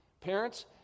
Parents